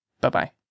bye-bye